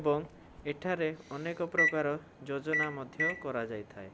ଏବଂ ଏଠାରେ ଅନେକ ପ୍ରକାର ଯୋଜନା ମଧ୍ୟ କରାଯାଇଥାଏ